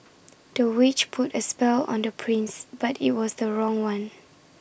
the witch put A spell on the prince but IT was the wrong one